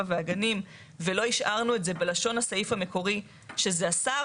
והגנים" ולא השארנו את זה בלשון הסעיף המקורי שזה השר,